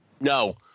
No